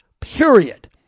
period